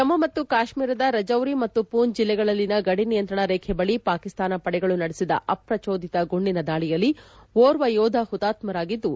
ಜಮ್ನು ಮತ್ತು ಕಾಶ್ಮೀರದ ರಜೌರಿ ಮತ್ತು ಪೂಂಚ್ ಜಿಲ್ಲೆಗಳಲ್ಲಿನ ಗಡಿ ನಿಯಂತ್ರಣ ರೇಖೆ ಬಳಿ ಪಾಕಿಸ್ತಾನ ಪಡೆಗಳು ನಡೆಬದ ಅಪ್ರಜೋದಿತ ಗುಂಡಿನ ದಾಳಿಯಲ್ಲಿ ಓರ್ವ ಯೋಧ ಹುತಾತ್ಕರಾಗಿದ್ದು